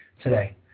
today